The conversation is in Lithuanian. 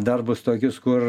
darbus tokius kur